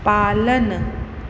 पालन